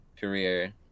career